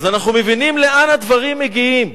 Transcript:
אז אנחנו מבינים לאן הדברים מגיעים.